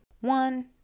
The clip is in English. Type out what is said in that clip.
One